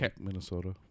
Minnesota